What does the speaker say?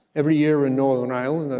every year in northern ireland,